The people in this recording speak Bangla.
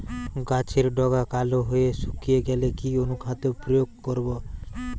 গাছের ডগা কালো হয়ে শুকিয়ে গেলে কি অনুখাদ্য প্রয়োগ করব?